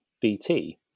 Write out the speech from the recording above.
BT